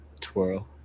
twirl